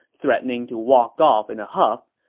threatening to walk off in a huff.